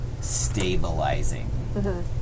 stabilizing